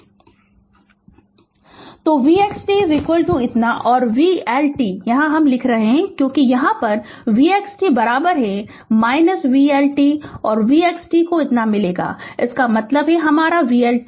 Refer Slide Time 2219 तो v x t इतना और vLt हम लिख रहे हैं क्यों क्योंकि यहाँ यह v x t vLt और v x t को इतना मिलेगा इसका मतलब है हमारा vLt v x t